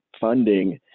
funding